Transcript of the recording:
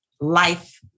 life